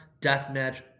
deathmatch